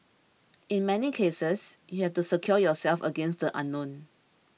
in many cases you have to secure yourself against the unknown